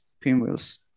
pinwheels